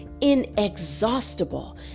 inexhaustible